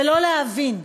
ולא להבין,